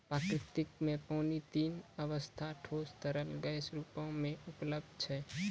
प्रकृति म पानी तीन अबस्था ठोस, तरल, गैस रूपो म उपलब्ध छै